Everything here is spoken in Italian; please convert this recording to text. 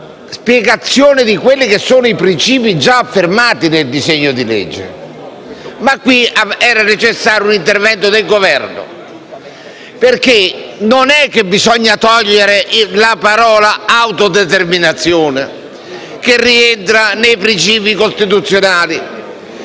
spiegazione dei princìpi già affermati nel disegno di legge. Ma qui era necessario un intervento del Governo. Non bisogna togliere la togliere la parola «autodeterminazione», che rientra nei princìpi costituzionali;